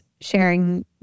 sharing